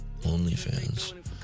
Onlyfans